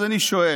אז אני שואל: